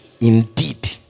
Indeed